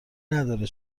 نداره